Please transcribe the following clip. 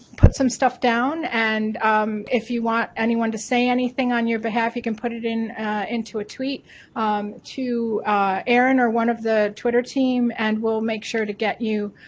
put some stuff down and if you want anyone to say anything on your behalf you can put it into a tweet to erin or one of the twitter team and we'll make sure to get you